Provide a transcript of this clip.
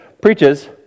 preaches